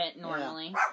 normally